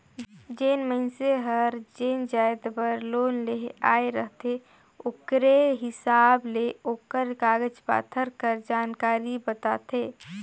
जेन मइनसे हर जेन जाएत बर लोन लेहे ले आए रहथे ओकरे हिसाब ले ओकर कागज पाथर कर जानकारी बताथे